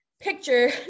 picture